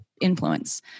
influence